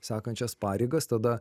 sakančias pareigas tada